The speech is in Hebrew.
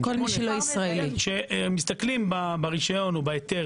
כשמסתכלים ברשיון או בהיתר,